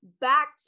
back